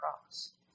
cross